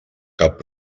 cap